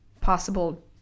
possible